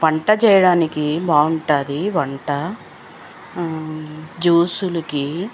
వంట చెయ్యడానికి బాగుంటుంది వంట జ్యూసులికి